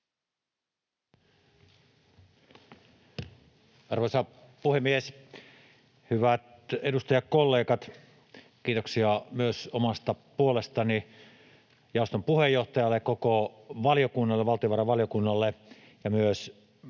Arvoisa puhemies, hyvät edustajakollegat! Kiitoksia myös omasta puolestani jaoston puheenjohtajalle ja koko valiokunnalle, valtiovarainvaliokunnalle, ja myös